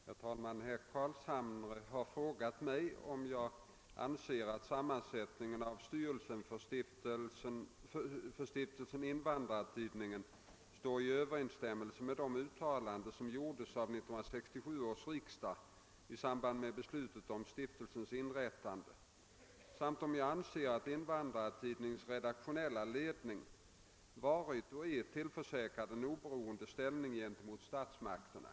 Herr talman! Herr Carlshamre har frågat mig, om jag anser att sammansättningen av styrelsen för Stiftelsen Invandrartidningen står i överensstämmelse med de uttalanden som gjordes av 1967 års riksdag i samband med beslutet om stiftelsens inrättande samt om jag anser att Invandrartidningens redaktionella ledning varit och är tillförsäkrad en oberoende ställning gent emot statsmakterna.